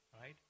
Right